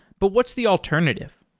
but what's the alternative?